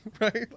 right